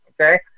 okay